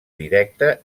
directe